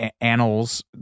Annals